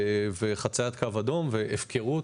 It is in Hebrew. חציית קו אדום והפקרות,